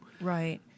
right